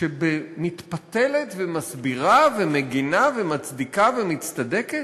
שמתפתלת ומסבירה ומגינה ומצדיקה ומצטדקת?